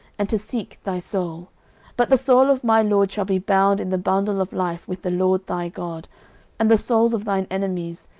and to seek thy soul but the soul of my lord shall be bound in the bundle of life with the lord thy god and the souls of thine enemies,